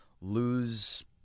lose